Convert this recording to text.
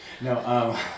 No